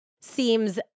seems